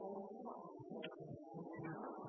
Da må vi